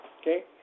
okay